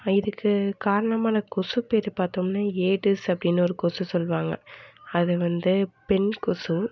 இதுக்கு காரணமான கொசு பேர் பார்த்தோம்னா ஏடிஸ் அப்படின்னு ஒரு கொசு சொல்லுவாங்க அது வந்து பெண் கொசு